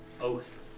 Oath